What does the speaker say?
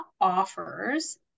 offers